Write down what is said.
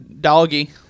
doggy